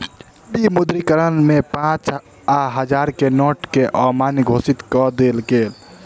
विमुद्रीकरण में पाँच आ हजार के नोट के अमान्य घोषित कअ देल गेल